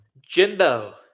Jimbo